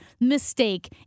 mistake